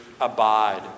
abide